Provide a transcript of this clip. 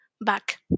back